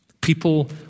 People